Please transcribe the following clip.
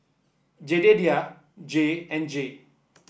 Jedediah Jay and Jay